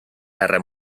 guerra